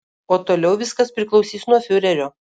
o toliau viskas priklausys nuo fiurerio